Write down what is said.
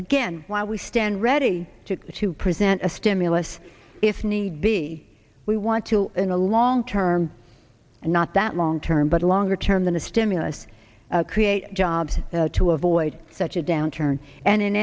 again while we stand ready to present a stimulus if need be we want to in the long term and not that long term but a longer term than a stimulus create jobs to avoid such a downturn and in